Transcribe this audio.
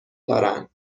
دارن